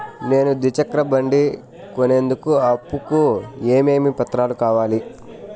నేను ద్విచక్ర బండి కొనేందుకు అప్పు కు ఏమేమి పత్రాలు కావాలి?